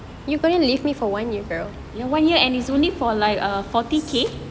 one year and is only for like a forty K